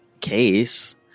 case